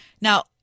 Now